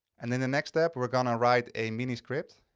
and then the next step we're gonna write a mini-script.